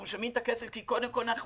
אנחנו משלמים את הכסף כי קודם כול אנחנו